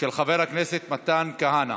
של חבר הכנסת מתן כהנא.